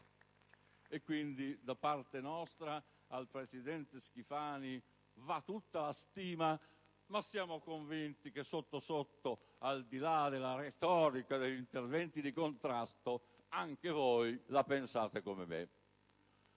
Quindi, al presidente Schifani va tutta la nostra stima e sono convinto che, sotto sotto, al di là della retorica degli interventi di contrasto, anche voi la pensate come me.